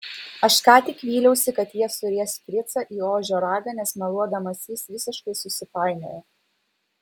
aš ką tik vyliausi kad jie suries fricą į ožio ragą nes meluodamas jis visiškai susipainiojo